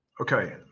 Okay